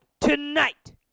tonight